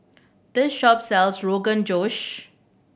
this shop sells Rogan Josh